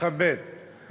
תכבד אותו.